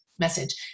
Message